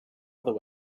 other